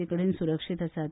सी कडेन सुरक्षित आसात